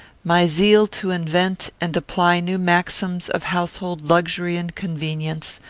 my zeal to invent and apply new maxims of household luxury and convenience,